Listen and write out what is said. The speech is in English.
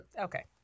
okay